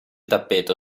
tappeto